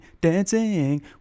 dancing